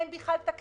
אין בכלל תקציב.